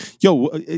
yo